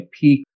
peak